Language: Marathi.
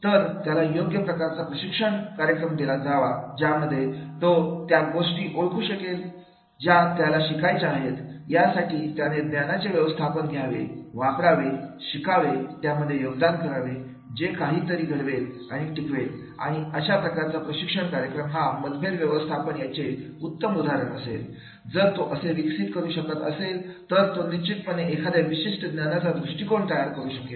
तर त्याला योग्य प्रकारचा प्रशिक्षण कार्यक्रम दिला जावा ज्यामध्ये तो त्या गोष्टी ओळखू शकेल ज्या त्याला शिकायचे आहेत यासाठी त्याने ज्ञानाचे व्यवस्थापन घ्यावे वापरावे शिकावे त्यामध्ये योगदान करावे जे काही तरी घडवेल आणि टिकवेल आणि अशा प्रकारचा प्रशिक्षण कार्यक्रम हा मतभेद व्यवस्थापन याचे उत्तम उदाहरण असेल जर तो असे विकसित करू शकत असेल तर तो निश्चितपणे एखाद्या विशिष्ट ज्ञानाचा दृष्टिकोन तयार करू शकेल